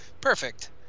perfect